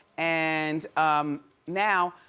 and now,